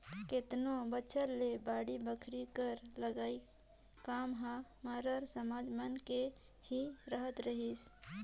केतनो बछर ले बाड़ी बखरी कर लगई काम हर मरार समाज मन के ही रहत रहिस